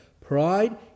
Pride